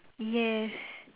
yes